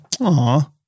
Aw